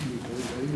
שניים בעד,